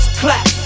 clap